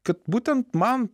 kad būtent man